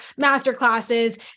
masterclasses